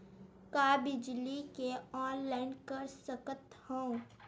का बिजली के ऑनलाइन कर सकत हव?